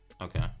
Okay